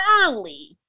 early